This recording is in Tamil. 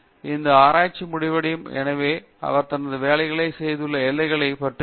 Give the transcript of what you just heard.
எந்த ஆராய்ச்சி முடிவடையும் எனவே அவர் தனது வேலையை செய்துள்ள எல்லைகளை அறிந்து கொள்ள வேண்டும்